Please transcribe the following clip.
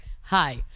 Hi